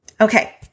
Okay